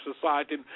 society